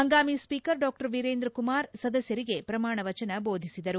ಹಂಗಾಮಿ ಸ್ವೀಕರ್ ಡಾ ವಿರೇಂದ್ರ ಕುಮಾರ್ ಸದಸ್ಕರಿಗೆ ಪ್ರಮಾಣವಚನ ಬೋಧಿಸಿದರು